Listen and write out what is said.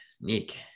Nick